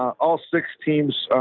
all six teams,